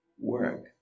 work